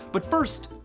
but first,